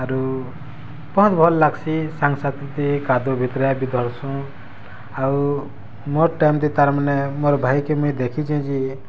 ଆରୁ ବହୁତ୍ ଭଲ୍ ଲାଗ୍ସି ସାଙ୍ଗସାଥୀଥି କାଦୋ ଭିତରେ ବି ଧର୍ସୁଁ ଆଉ ମୋର୍ ଟେଇମ୍ଥି ତାର୍ମାନେ ମୋର୍ ଭାଇକେ ମୁଇଁ ଦେଖିଛେ ଯେ